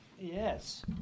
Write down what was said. Yes